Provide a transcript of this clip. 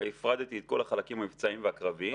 והפרדתי את כל החלקים המבצעיים והקרביים.